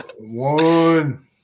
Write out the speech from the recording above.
One